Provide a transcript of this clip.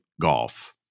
golf